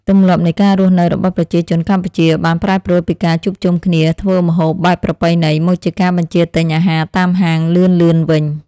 ទម្លាប់នៃការរស់នៅរបស់ប្រជាជនកម្ពុជាបានប្រែប្រួលពីការជួបជុំគ្នាធ្វើម្ហូបបែបប្រពៃណីមកជាការបញ្ជាទិញអាហារតាមហាងលឿនៗវិញ។